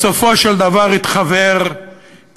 בסופו של דבר יתחוור כהונאה,